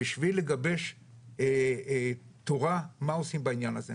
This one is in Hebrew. בשביל לגבש תורה מה עושים בעניין הזה.